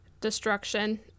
destruction